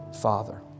father